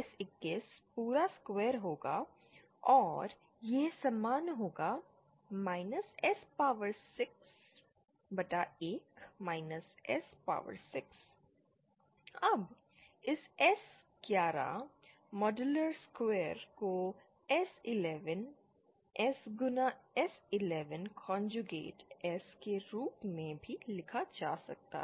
S21 पूरा square होगा और यह समान होगा S पॉवर 6 बटा 1 S पॉवर 6 अब इस S 11 माड्यूलर स्क्वायर को S11 S गुना S11 कन्ज्यूगेट S का के रूप में भी लिखा जा सकता है